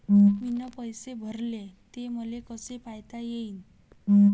मीन पैसे भरले, ते मले कसे पायता येईन?